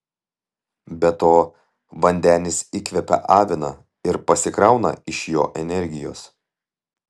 be to vandenis įkvepią aviną ir pasikrauna iš jo energijos